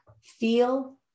feel